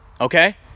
okay